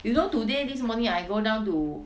you know today this morning I go down to